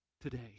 today